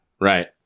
right